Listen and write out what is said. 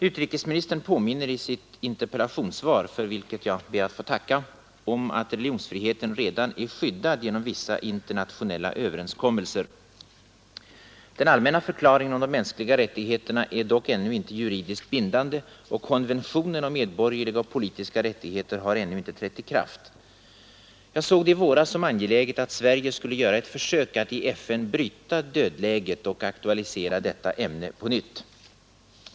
Utrikesministern påminner i sitt interpellationssvar — för vilket jag ber att få tacka — om att religionsfriheten redan är skyddad genom vissa internationella överenskommelser. Den allmänna förklaringen om de mänskliga rättigheterna är dock ännu inte juridiskt bindande, och konventionen om medborgerliga och politiska rättigheter har ännu inte trätt i kraft. Jag såg det i våras som angeläget att Sverige skulle göra ett försök att i FN bryta dödläget och aktualisera detta ämne på nytt.